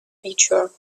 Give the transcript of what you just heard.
future